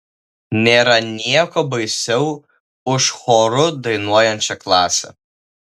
nėra nieko baisiau už choru dainuojančią klasę